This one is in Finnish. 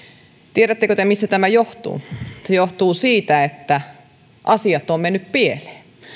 tiedättekö te mistä tämä johtuu se johtuu siitä että asiat ovat menneet pieleen